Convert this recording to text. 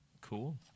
Cool